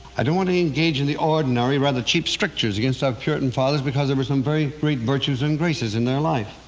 i don't want to engage in the ordinary, rather cheap strictures against our puritan fathers because there were some very great virtues and graces in their life.